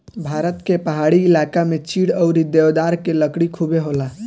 भारत के पहाड़ी इलाका में चीड़ अउरी देवदार के लकड़ी खुबे होला